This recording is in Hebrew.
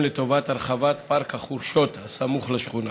לטובת הרחבת פארק החורשות הסמוך לשכונה.